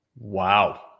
Wow